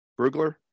Brugler